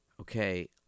Okay